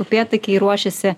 upėtakiai ruošiasi